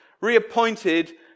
reappointed